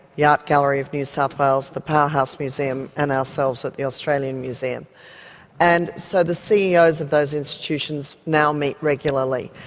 yeah ah gallery of new south wales, the powerhouse museum and ourselves at the australian museum and so the ceos of those institutions now meet regularly,